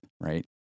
right